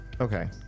okay